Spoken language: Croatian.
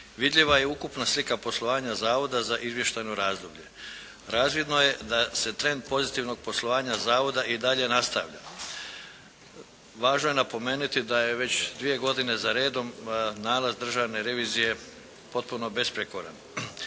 vidljiva je ukupna slika poslovanja zavoda za izvještajno razdoblje. Razvidno je da se trend pozitivnog poslovanja zavoda i dalje nastavlja. Važno je napomenuti da je već dvije godine zaredom nalaz državne revizije potpuno besprijekoran.